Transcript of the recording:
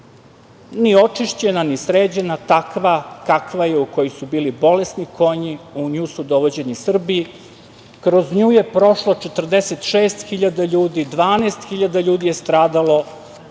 Nije očišćena ni sređena. Takva kakva je, u kojoj su bili bolesni konji, u nju su dovođeni Srbi. Kroz nju je prošlo 46.000 ljudi, 12.000 ljudi je stradalo.